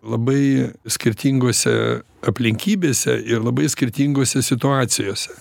labai skirtingose aplinkybėse ir labai skirtingose situacijose